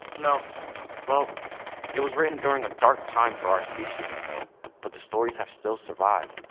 no well it was written during a dark time for our species but the stories have still survived.